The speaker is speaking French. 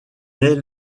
est